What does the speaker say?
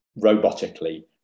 robotically